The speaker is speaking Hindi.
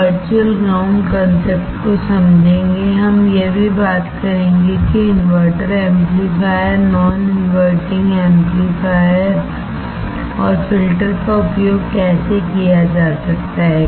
हम वर्चुअल ग्राउंड कॉन्सेप्ट को समझेंगे और यह भी बात करेंगे कि inverter amplifier non inverting amplifier और फिल्टर का उपयोग कैसे किया जा सकता है